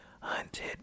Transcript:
Hunted